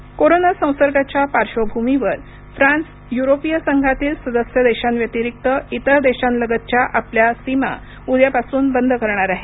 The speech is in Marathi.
फ्रान्स कोरोना संसर्गाच्या पाश्र्वभूमीवर फ्रान्स युरोपीय संघातील सदस्य देशांव्यतिरिक्त इतर देशांलगतच्या आपल्या सीमा उद्यापासून बंद करणार आहे